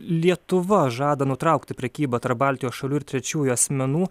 lietuva žada nutraukti prekybą tarp baltijos šalių ir trečiųjų asmenų